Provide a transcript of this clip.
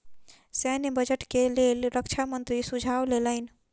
सैन्य बजट के लेल रक्षा मंत्री सुझाव लेलैन